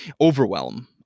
overwhelm